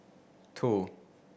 two